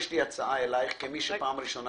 יש לי הצעה אלייך כמי שמדברת פעם ראשונה